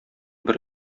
бер